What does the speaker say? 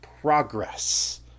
progress